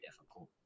difficult